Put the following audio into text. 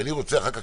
כי אני רוצה אחר כך,